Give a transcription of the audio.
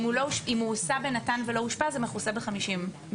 אם הוא הוסע בנט"ן ולא אושפז, זה מכוסה ב-50%.